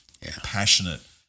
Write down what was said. passionate